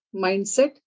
mindset